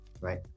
right